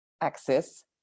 axis